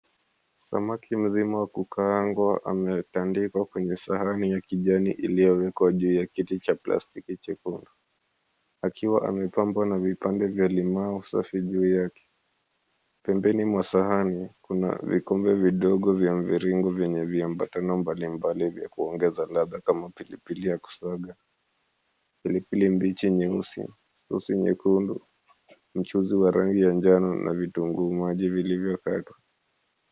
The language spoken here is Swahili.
Samaki mzima wa kukaangwa ametandikwa kwenye sahani ya kijani iliyowekwa juu ya kiti cha plastiki chekundu. Akiwa amepambwa na vipande vya limau safi juu yake. Pembeni mwa sahani kuna vikombe vidogo vya mviringo vyenye viambatano mbali mbali vya kuongeza ladha kama pilipili ya kusaga, pilipili mbichi nyeusi nyekundu, mchuzi wa rangi ya njano na vitunguu maji vilivyo katwa.